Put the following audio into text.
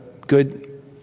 good